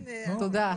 תודה.